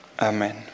Amen